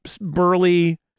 burly